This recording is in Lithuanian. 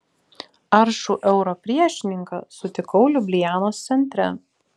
aršų euro priešininką sutikau liublianos centre